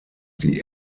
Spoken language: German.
die